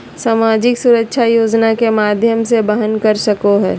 सामाजिक सुरक्षा योजना के माध्यम से वहन कर सको हइ